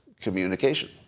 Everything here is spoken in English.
communication